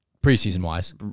Preseason-wise